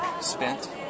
spent